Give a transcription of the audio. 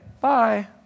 bye